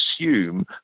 assume